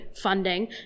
funding